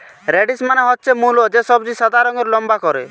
radish মানে হচ্ছে মুলো, যে সবজি সাদা রঙের লম্বা করে